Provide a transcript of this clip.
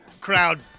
crowd